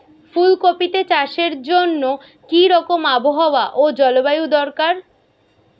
ফুল কপিতে চাষের জন্য কি রকম আবহাওয়া ও জলবায়ু দরকার?